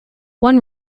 one